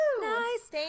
nice